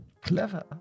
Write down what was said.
clever